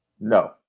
No